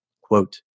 Quote